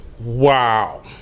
Wow